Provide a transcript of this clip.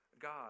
God